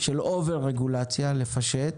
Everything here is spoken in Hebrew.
שהיה בו עודף רגולציה, לפשט,